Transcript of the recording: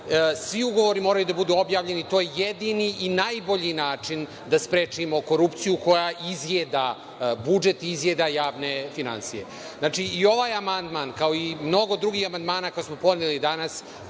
Svi ugovori moraju da budu objavljeni. To je jedini i najbolji način da sprečimo korupciju, koja izjeda budžet, izjeda javne finansije. Znači, i ovaj amandman, kao i mnogo drugih amandmana koje smo podneli danas